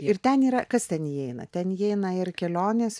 ir ten yra kas ten įeina ten įeina ir kelionės